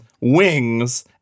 wings